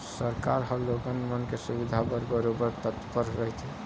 सरकार ह लोगन मन के सुबिधा बर बरोबर तत्पर रहिथे